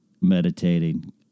meditating